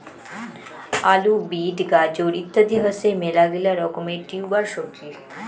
আলু, বিট, গাজর ইত্যাদি হসে মেলাগিলা রকমের টিউবার সবজি